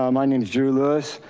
um i mean drew lewis.